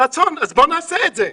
אז בוא נעשה את זה.